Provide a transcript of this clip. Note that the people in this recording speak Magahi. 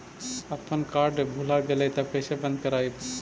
अपन कार्ड भुला गेलय तब कैसे बन्द कराइब?